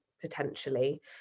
potentially